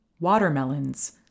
Watermelons